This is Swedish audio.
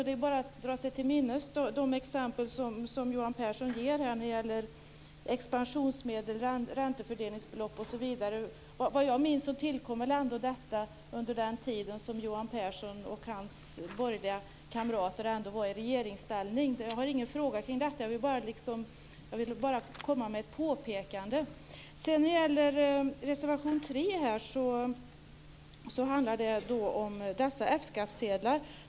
Det är bara att dra sig till minnes de exempel som Johan Pehrson ger när det gäller expansionsmedel, räntefördelningsbelopp osv. Såvitt jag minns tillkom detta under den tid då Johan Pehrson och hans borgerliga kamrater var i regeringsställning. Jag har ingen fråga kring detta. Jag ville bara komma med ett påpekande. Reservation 3 handlar om dessa F-skattsedlar.